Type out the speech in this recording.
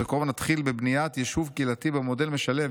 ובקרוב נתחיל בבניית יישוב קהילתי במודל משלב,